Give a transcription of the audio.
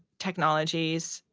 technologies.